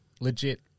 legit